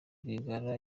rwigara